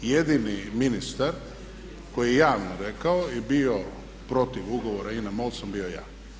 Jedini ministar koji je javno rekao i bio protiv ugovora INA-MOL sam bio ja.